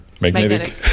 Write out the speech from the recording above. magnetic